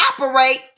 operate